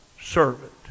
servant